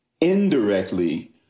indirectly